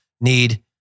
need